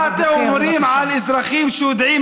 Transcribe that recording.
אבל מה אתם אומרים על אזרחים שיודעים